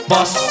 Boss